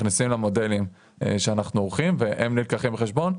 מכניסים למודלים שאנחנו עורכים והם נלקחים בחשבון,